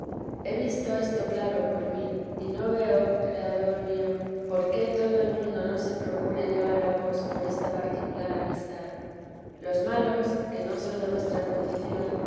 he visto esto claro por mí y no veo criador mío por qué todo el mundo no se procure llegar a vos por esta particular amistad los malos que no son de vuestra condición